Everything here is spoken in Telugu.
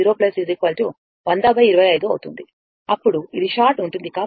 కాబట్టి i 30 100 25 అవుతుంది అప్పుడు ఇది షార్ట్ ఉంటుంది